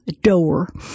door